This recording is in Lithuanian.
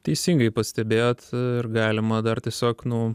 teisingai pastebėjot ir galima dar tiesiog nu